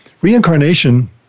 reincarnation